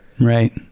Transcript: Right